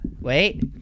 wait